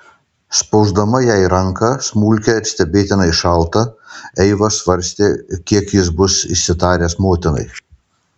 spausdama jai ranką smulkią ir stebėtinai šaltą eiva svarstė kiek jis bus išsitaręs motinai